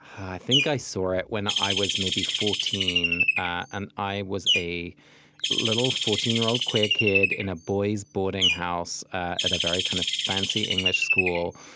i think i saw it when i was maybe fourteen. and i was a little fourteen year old queer kid in a boys' boarding house at a very kind of fancy english school,